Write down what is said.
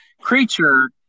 creature